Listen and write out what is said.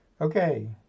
Okay